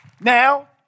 now